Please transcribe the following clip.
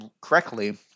correctly